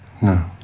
No